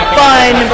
fun